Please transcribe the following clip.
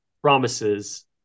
promises